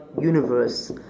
universe